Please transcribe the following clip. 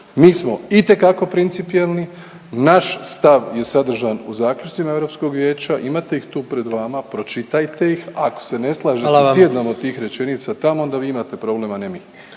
Mi smo itekako principijelni, naš stav je sadržan u zaključcima Europskog vijeća, imate ih tu pred vama, pročitajte ih ako se ne slažete …/Upadica predsjednik: Hvala vam./… s ijednom od tih rečenica tamo onda vi imate problem, a ne mi.